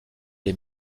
les